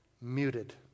muted